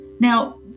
Now